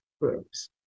groups